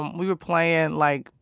we were playing, like,